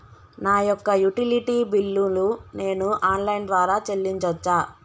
నా యొక్క utility bill ను నేను ఆన్ లైన్ ద్వారా చెల్లించొచ్చా?